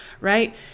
Right